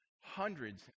hundreds